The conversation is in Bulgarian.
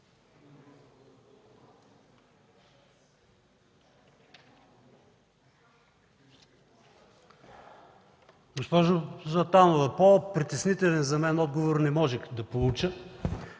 Госпожо Златанова, по притеснителен за мен отговор не можех да получа.